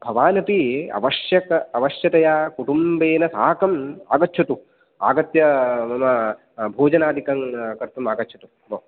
भवानपि अवश्यक अवश्यतया कुटुम्बेन साकम् आगच्छतु आगत्य मम भोजनादिकं कर्तुम् आगच्छतु भो